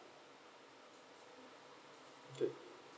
the